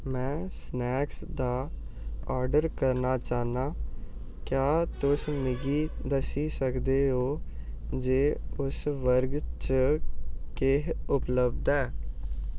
में स्नैक्स दा आर्डर करना चाह्न्नां क्या तुस मिगी दस्सी सकदे ओ जे उस वर्ग च केह् उपलब्ध ऐ